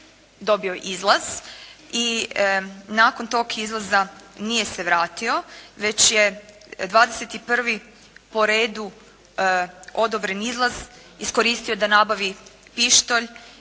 dobio izlaz i nakon tog izlaza nije se vratio već je dvadesetprvi po redu odobren izlaz iskoristio da nabavi pištolj,